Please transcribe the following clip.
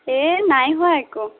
এই নাই হোৱা একো